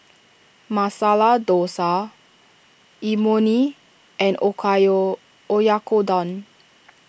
Masala Dosa Imoni and Oyakodon